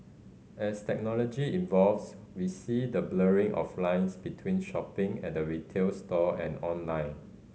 as technology evolves we see the blurring of lines between shopping at a retail store and online